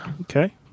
Okay